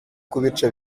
kubica